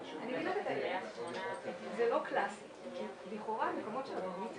שעת חירום (נגיף הקורונה החדש - הגבלת פעילות)